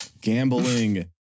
gambling